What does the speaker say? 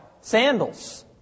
sandals